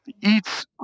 eats